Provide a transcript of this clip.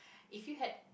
if you had